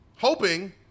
hoping